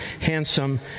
handsome